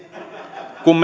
kuin